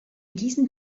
diesen